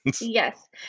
yes